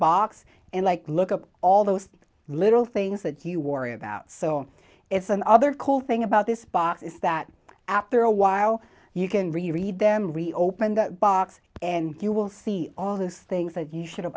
box and like look up all those little things that you worry about so it's another cool thing about this box is that after a while you can reread them reopen the box and you will see all those things that you should have